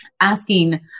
asking